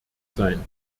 sein